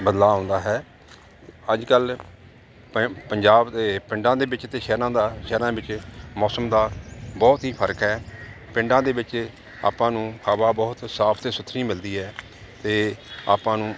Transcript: ਬਦਲਾਅ ਆਉਂਦਾ ਹੈ ਅੱਜ ਕੱਲ੍ਹ ਪੰਜਾਬ ਦੇ ਪਿੰਡਾਂ ਦੇ ਵਿੱਚ ਅਤੇ ਸ਼ਹਿਰਾਂ ਦਾ ਸ਼ਹਿਰਾਂ ਵਿੱਚ ਮੌਸਮ ਦਾ ਬਹੁਤ ਹੀ ਫਰਕ ਹੈ ਪਿੰਡਾਂ ਦੇ ਵਿੱਚ ਆਪਾਂ ਨੂੰ ਹਵਾ ਬਹੁਤ ਸਾਫ ਅਤੇ ਸੁਥਰੀ ਮਿਲਦੀ ਹੈ ਅਤੇ ਆਪਾਂ ਨੂੰ